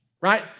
right